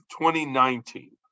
2019